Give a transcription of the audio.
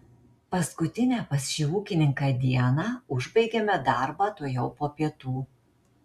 paskutinę pas šį ūkininką dieną užbaigėme darbą tuojau po pietų